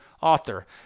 author